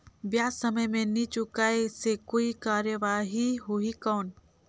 ब्याज समय मे नी चुकाय से कोई कार्रवाही होही कौन?